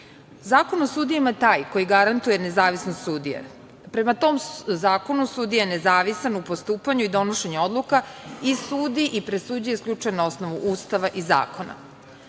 o sudijama je taj koji garantuje nezavisnost sudije. Prema tom zakonu, sudija je nezavisan u postupanju i donošenju odluka i sudi i presuđuje isključivo na osnovu Ustava i zakona. Sudija